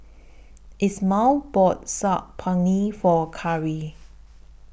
Ismael bought Saag Paneer For Khari